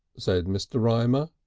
said mr. rymer.